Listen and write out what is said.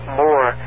more